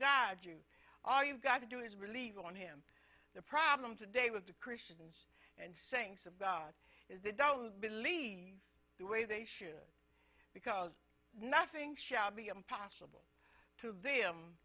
you all you've got to do is believe on him the problem today with the christians and sayings of god is they don't believe the way they should because nothing shall be impossible to them